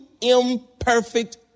imperfect